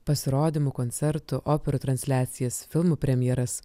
pasirodymų koncertų operų transliacijas filmų premjeras